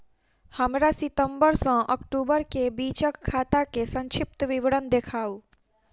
हमरा सितम्बर सँ अक्टूबर केँ बीचक खाता केँ संक्षिप्त विवरण देखाऊ?